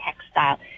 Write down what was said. textile